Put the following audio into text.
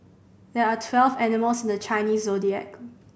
there are twelve animals in the Chinese Zodiac